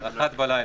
תסבירו.